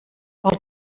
pel